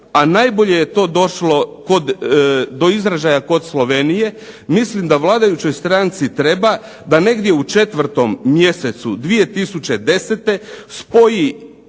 a najbolje je to došlo do izražaja kod Slovenije, mislim da vladajućoj stranci treba da negdje u 4. mjesecu 2010. spoji